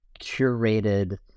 curated